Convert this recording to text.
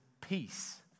peace